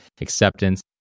acceptance